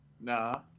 Nah